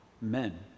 men